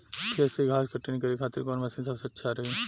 खेत से घास कटनी करे खातिर कौन मशीन सबसे अच्छा रही?